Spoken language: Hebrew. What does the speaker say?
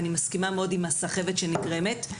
ואני מסכימה מאוד עם הסחבת שנגרמת,